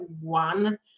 one